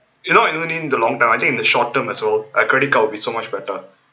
you know not even in the long term even in the short term as all a credit card would be so much better